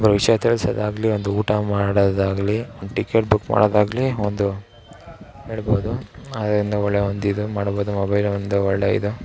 ವಿಷಯ ತಿಳ್ಸೋದ್ ಆಗಲಿ ಒಂದು ಊಟ ಮಾಡೋದಾಗ್ಲಿ ಒಂದು ಟಿಕೇಟ್ ಬುಕ್ ಮಾಡೋದಾಗ್ಲಿ ಒಂದು ಹೇಳ್ಬೌದು ಅದರಿಂದ ಒಳ್ಳೆಯ ಒಂದು ಇದು ಮಾಡ್ಬೌದು ಮೊಬೈಲ್ ಒಂದು ಒಳ್ಳೆಯ ಇದು